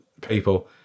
people